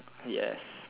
yes